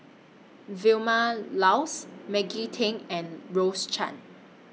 Vilma Laus Maggie Teng and Rose Chan